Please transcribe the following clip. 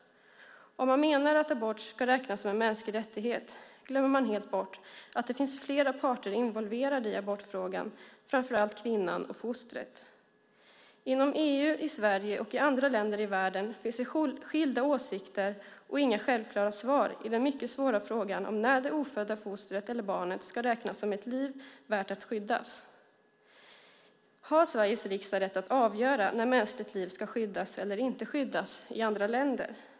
Om man menar att abort ska räknas som en mänsklig rättighet glömmer man helt bort att det finns flera parter involverade i abortfrågan, framför allt kvinnan och fostret. Inom EU, i Sverige och i andra länder i världen finns skilda åsikter och inga självklara svar i den mycket svåra frågan om när det ofödda fostret eller barnet ska räknas som ett liv värt att skyddas. Har Sveriges riksdag rätt att avgöra när mänskligt liv ska skyddas eller inte skyddas i andra länder?